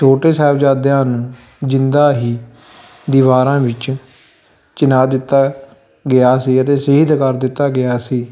ਛੋਟੇ ਸਾਹਿਬਜ਼ਾਦਿਆਂ ਨੂੰ ਜਿੰਦਾ ਹੀ ਦੀਵਾਰਾਂ ਵਿੱਚ ਚਿਣਾ ਦਿੱਤਾ ਗਿਆ ਸੀ ਅਤੇ ਸ਼ਹੀਦ ਕਰ ਦਿੱਤਾ ਗਿਆ ਸੀ